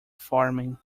farming